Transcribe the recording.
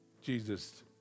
Jesus